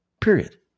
period